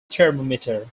thermometer